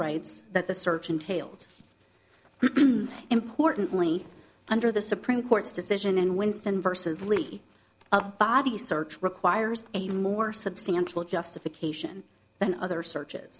rights that the search entailed importantly under the supreme court's decision in winston versus lee body search requires a lot more substantial justification than other searches